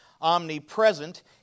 omnipresent